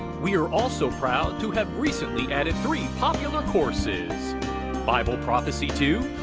we are also proud to have recently added three popular courses bible prophecy two,